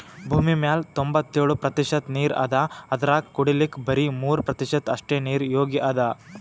ಭೂಮಿಮ್ಯಾಲ್ ತೊಂಬತ್ತೆಳ್ ಪ್ರತಿಷತ್ ನೀರ್ ಅದಾ ಅದ್ರಾಗ ಕುಡಿಲಿಕ್ಕ್ ಬರಿ ಮೂರ್ ಪ್ರತಿಷತ್ ಅಷ್ಟೆ ನೀರ್ ಯೋಗ್ಯ್ ಅದಾ